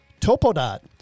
TopoDot